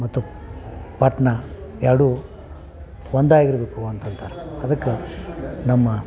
ಮತ್ತು ಪಟ್ಟಣ ಎರಡೂ ಒಂದಾಗಿರಬೇಕು ಅಂತ ಅಂತಾರೆ ಅದಕ್ಕೆ ನಮ್ಮ